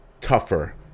tougher